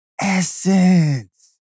essence